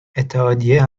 اتحادیه